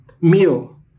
meal